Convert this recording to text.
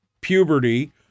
puberty